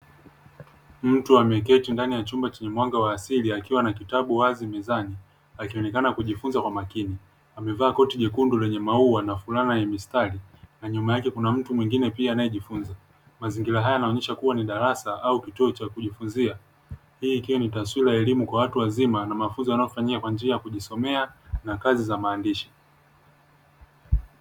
Mtu ameketi ndani ya chumba chenye mwanga wa asili akiwa na kitabu wazi mezani akionekana kujifunza kwa makini. Amevaa koti jekundu lenye maua na fulana yenye mistari. Na nyuma yake kuna mtu mwingine pia anayejifunza. Mazingira haya yanaonyesha kuwa ni darasa au kituo cha kujifunzia. Hii ikiwa ni taswira ya elimu kwa watu wazima na mafunzo yanayofanyika kwa njia ya kujisomea na kazi za maandishi.